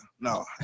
no